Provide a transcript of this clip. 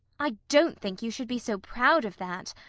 i don't think you should be so proud of that,